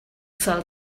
sell